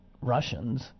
Russians